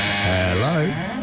Hello